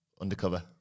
undercover